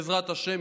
בעזרת השם,